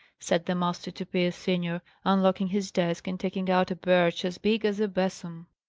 said the master to pierce senior, unlocking his desk, and taking out a birch as big as a besom.